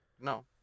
No